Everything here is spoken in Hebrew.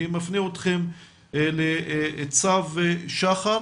אני מפנה אתכם לצו שח"ל